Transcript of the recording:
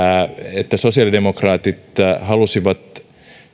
että sosiaalidemokraatit halusivat